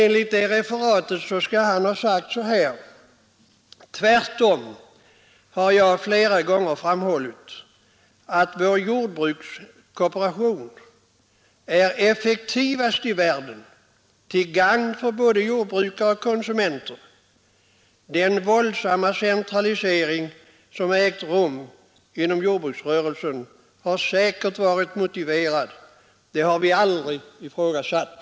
Enligt detta skall jordbruksministern ha sagt: Tvärtom har jag flera gånger framhållit att vår jordbrukskooperation är effektivast i världen till gagn för både jordbrukare och konsumenter. Den våldsamma centralisering som ägt rum inom jordbruksrörelsen har säkert varit motiverad. Den har vi aldrig ifrågasatt.